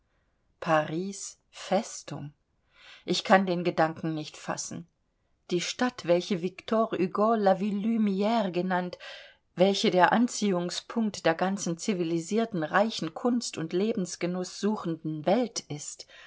paris festung ich kann den gedanken nicht fassen die stadt welche victor hugo la villelumire genannt welche der anziehungspunkt der ganzen civilisierten reichen kunst und lebensgenuß suchenden welt ist